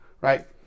right